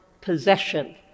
possession